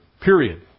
Period